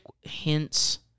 hints